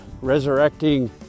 resurrecting